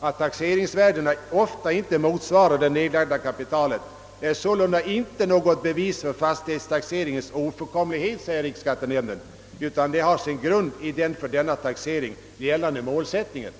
Att taxeringsvärdena ofta inte motsvarar det i fastigheten nedlagda kapitalet är sålunda inte något bevis för fastighetstaxeringens ofullkomlighet, säger riksskattenämnden, utan har sin grund i den för denna taxering gällande målsättningen.